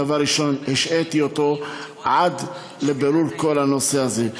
דבר ראשון: השעיתי אותו עד לבירור כל הנושא הזה.